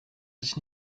sich